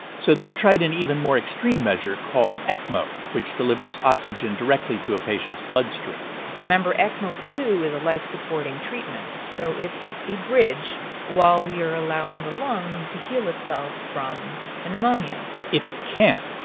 so they've tried an even more extreme measure called ecmo, which delivers oxygen directly to a patient's bloodstream remember, ecmo, too, is a life-supporting treatment. so it's a bridge while we are allowing the lung to heal itself from a pneumonia if it can.